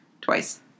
twice